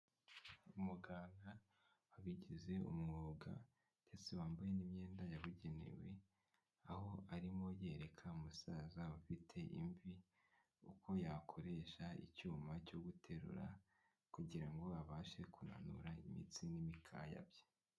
Umuganga wabigize umwuga ndetse wambaye n'imyenda yabugenewe, aho arimo yereka umusaza ufite imvi uko yakoresha icyuma cyo guterura kugira ngo abashe kunanura imitsi n'imikaya bye.